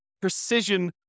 precision